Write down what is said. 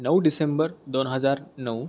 नऊ डिसेंबर दोन हजार नऊ